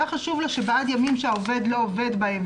היה חשוב לו שבעד ימים שהעובד לא עובד בהם,